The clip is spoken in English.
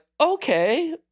okay